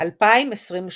2022